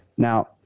Now